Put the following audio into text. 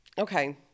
Okay